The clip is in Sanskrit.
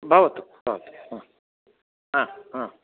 भवतु भवतु